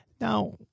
Now